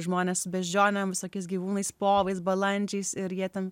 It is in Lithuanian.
žmonės su beždžionėm visokiais gyvūnais povais balandžiais ir jie ten